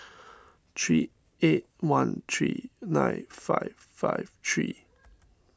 three eight one three nine five five three